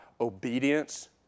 obedience